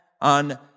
on